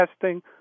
testing